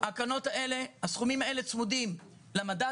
הסכומים האלה צמודים למדד,